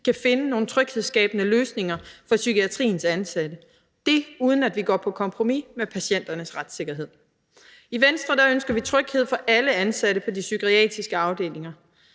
kan finde nogle tryghedsskabende løsninger for psykiatriens ansatte – uden at vi går på kompromis med patienternes retssikkerhed. I Venstre ønsker vi tryghed for såvel alle ansatte på de psykiatriske afdelinger